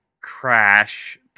Crash